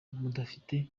mudafite